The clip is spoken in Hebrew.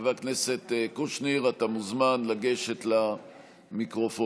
חבר הכנסת קושניר, אתה מוזמן לגשת למיקרופון.